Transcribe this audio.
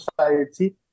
society